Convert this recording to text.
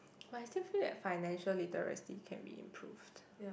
but I still feel that financial literacy can be improved